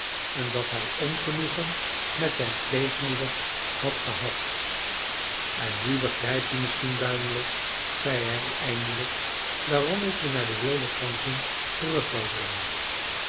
en dat hij ongenoegen met zijn pleegmoeder had gehad en nu begrijp je misschien duimelot zei hij eindelijk waarom ik je naar de wilde ganzen terug wou brengen